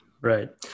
Right